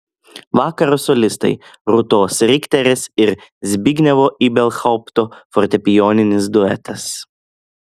vakaro solistai rūtos rikterės ir zbignevo ibelhaupto fortepijoninis duetas